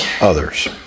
others